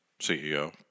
CEO